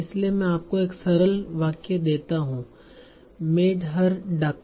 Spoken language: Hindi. इसलिए मैं आपको एक सरल वाक्य देता हूं मेड हर डक